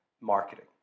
marketing